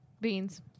beans